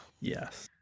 Yes